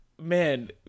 Man